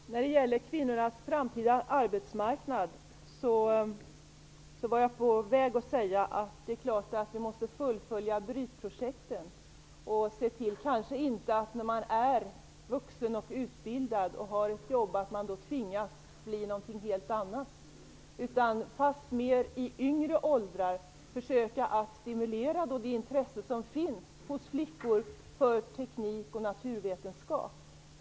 Herr talman! När det gäller kvinnornas framtida arbetsmarknad var jag på väg att säga att det är klart att vi måste fullfölja Brytprojekten. Kanske inte att man när man är vuxen, utbildad och har ett jobb tvingas att bli någonting helt annat, utan fastmer att vi i yngre åldrar försöker att stimulera det intresse som finns hos flickor för teknik och naturvetenskap.